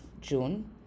June